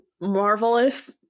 Marvelous